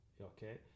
Okay